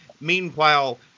Meanwhile